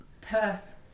Perth